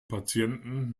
patienten